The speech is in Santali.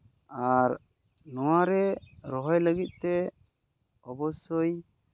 ᱟᱨ ᱱᱚᱣᱟ ᱨᱮ ᱨᱚᱦᱚᱭ ᱞᱟᱹᱜᱤᱫ ᱛᱮ ᱚᱵᱳᱥᱥᱳᱭ